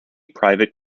private